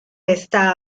está